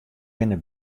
binne